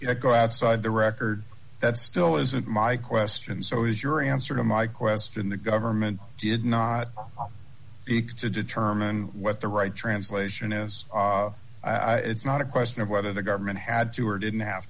said go outside the record that still isn't my question so is your answer to my question the government did not go off to determine what the right translation is it's not a question of whether the government had to or didn't have